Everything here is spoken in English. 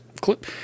clip